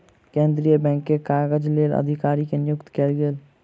केंद्रीय बैंक के काजक लेल अधिकारी के नियुक्ति कयल गेल